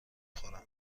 خورم